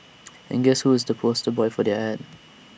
and guess who is the poster boy for their Ad